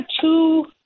two